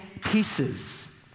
pieces